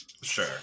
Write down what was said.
Sure